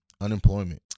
unemployment